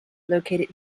located